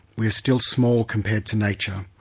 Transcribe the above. we are still small compared to nature.